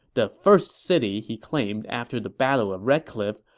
the first city he claimed after the battle of red cliff,